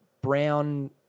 brown